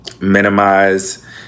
minimize